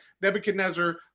Nebuchadnezzar